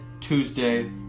Tuesday